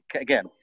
again